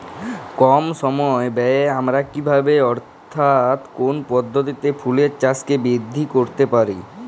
কম সময় ব্যায়ে আমরা কি ভাবে অর্থাৎ কোন পদ্ধতিতে ফুলের চাষকে বৃদ্ধি করতে পারি?